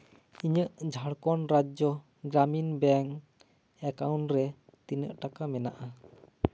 ᱤᱧᱟᱹᱜ Jharkhand Rajya Gramin bank account ᱨᱮ ᱛᱤᱱᱟᱹᱜ ᱴᱟᱠᱟ ᱢᱮᱱᱟᱜᱼᱟ